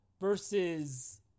versus